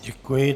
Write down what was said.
Děkuji.